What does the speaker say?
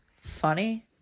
funny